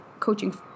coaching